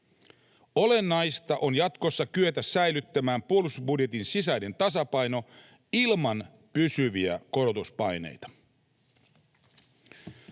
Olennaista on jatkossa kyetä säilyttämään puolustusbudjetin sisäinen tasapaino ilman pysyviä korotuspaineita.